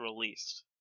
released